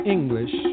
English